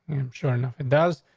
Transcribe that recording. i'm sure enough it does.